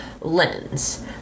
lens